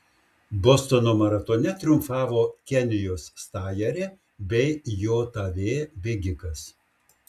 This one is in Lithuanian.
bostono maratone triumfavo kenijos stajerė bei jav bėgikas